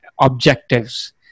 objectives